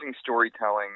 storytelling